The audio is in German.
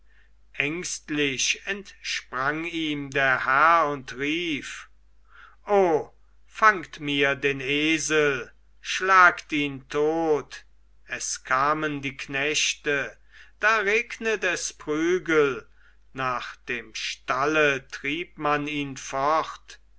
ängstlich entsprang ihm der herr und rief o fangt mir den esel schlagt ihn tot es kamen die knechte da regnet es prügel nach dem stalle trieb man ihn fort